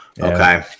okay